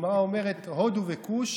הגמרא אומרת: הודו וכוש